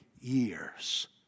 years